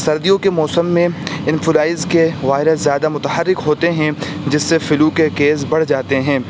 سردیوں کے موسم میں انفلائز کے وائرس زیادہ متحرک ہوتے ہیں جس سے فلو کے کیس بڑھ جاتے ہیں